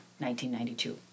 1992